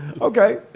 Okay